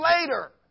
later